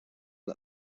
let